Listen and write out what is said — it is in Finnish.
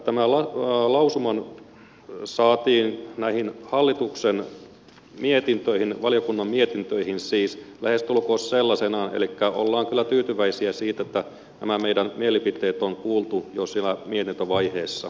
tämä lausuma saatiin näihin valiokunnan mietintöihin lähestulkoon sellaisenaan elikkä olemme kyllä tyytyväisiä siihen että nämä meidän mielipiteemme on kuultu jo siellä mietintövaiheessa